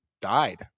died